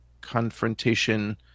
confrontation